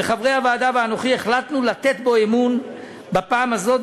וחברי הוועדה ואנוכי החלטנו לתת בו אמון בפעם הזאת.